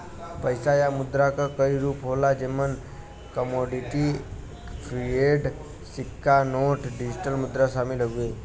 पइसा या मुद्रा क कई रूप होला जेमन कमोडिटी, फ़िएट, सिक्का नोट, डिजिटल मुद्रा शामिल हउवे